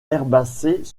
herbacées